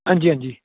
हंजी हंजी